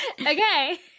Okay